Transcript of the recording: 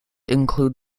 include